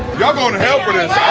y'all going to hell